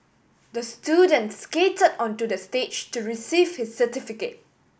the student skated onto the stage to receive his certificate